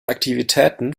aktivitäten